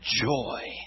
Joy